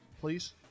please